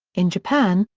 in japan,